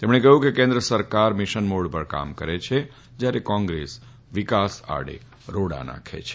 તેમણે કહ્યું કે કેન્દ્ર સરકાર મિશન મોડ પર કામ કરે છે જ્યારે કોંગ્રેસ વિકાસ આડે રોડા નાખે છે